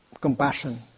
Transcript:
compassion